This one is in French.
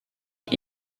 est